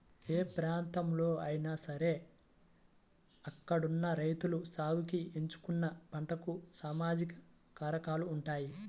ఏ ప్రాంతంలో అయినా సరే అక్కడున్న రైతులు సాగుకి ఎంచుకున్న పంటలకు సామాజిక కారకాలు ఉంటాయి